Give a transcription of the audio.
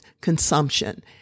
consumption